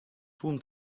tłum